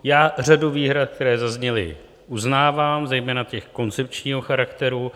Já řadu výhrad, které zazněly, uznávám, zejména toho koncepčního charakteru.